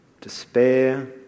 despair